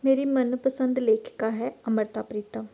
ਮੇਰੀ ਮਨ ਪਸੰਦ ਲੇਖਿਕਾ ਹੈ ਅੰਮ੍ਰਿਤਾ ਪ੍ਰੀਤਮ